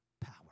power